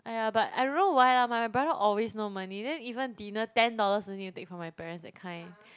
!aiya! but I don't know why lah my my brother always no money then even dinner ten dollars only take from my parents that kind